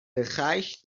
bereich